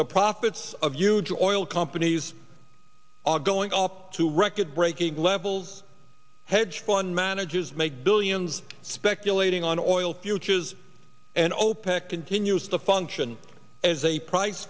the profits of huge oil companies are going up to record breaking levels hedge fund managers make billions speculating on oil futures and opec continues to function as a price